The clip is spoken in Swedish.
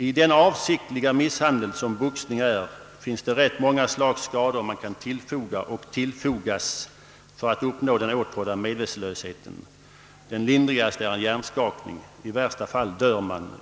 — I den avsiktliga misshandel som boxning är finns det rätt många slags skador man kan tillfoga och tillfogas för att uppnå den åtrådda medvetslösheten. Den lindrigaste är en hjärnskakning. I värsta fall dör man.